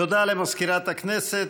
תודה למזכירת הכנסת.